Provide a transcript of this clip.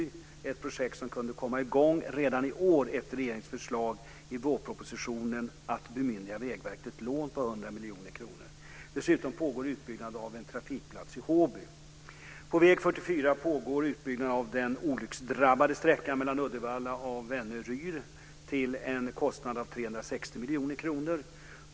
Det är ett projekt som kunde komma i gång redan i år efter regeringens förslag i vårpropositionen att bemyndiga Vägverket ett lån på 100 miljoner kronor. Dessutom pågår en utbyggnad av en trafikplats i Håby. På väg 44 pågår en utbyggnad av den olycksdrabbade sträckan mellan Uddevalla och Väne-Ryr till en kostnad av 360 miljoner kronor.